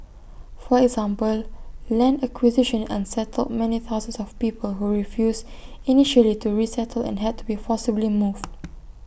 for example land acquisition unsettled many thousands of people who refused initially to resettle and had to be forcibly moved